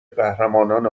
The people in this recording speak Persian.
قهرمانان